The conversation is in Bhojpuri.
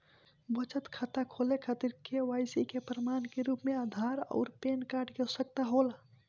बचत खाता खोले खातिर के.वाइ.सी के प्रमाण के रूप में आधार आउर पैन कार्ड की आवश्यकता होला